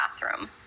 bathroom